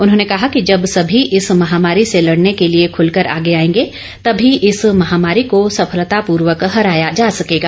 उन्होंने कहा कि जब सभी इस महामारी से लड़ने के लिए खुलकर आगे आएंगे तभी इस महामारी को सफलता पूर्वक हराया जा सकेगा